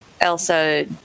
Elsa